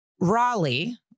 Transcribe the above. Raleigh